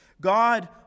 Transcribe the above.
God